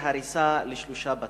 יש שם צווי הריסה לשלושה בתים.